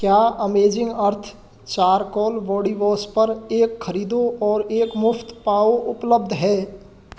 क्या amazing earth charcoal body wash पर एक ख़रीदो और एक मुफ़्त पाओ उपलब्ध है